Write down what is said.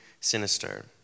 sinister